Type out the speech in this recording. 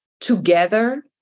together